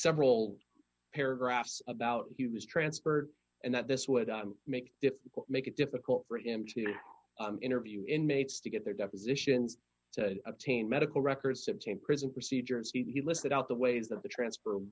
several paragraphs about he was transferred and that this would make if make it difficult for him to interview inmates to get their depositions to obtain medical records obtained prison procedures he listed out the ways that the transfer